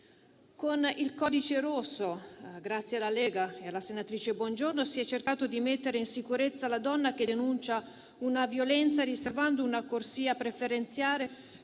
Con il codice rosso, grazie alla Lega e alla senatrice Bongiorno, si è cercato di mettere in sicurezza la donna che denuncia una violenza riservando una corsia preferenziale